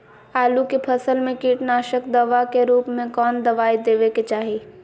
आलू के फसल में कीटनाशक दवा के रूप में कौन दवाई देवे के चाहि?